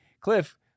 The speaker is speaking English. Cliff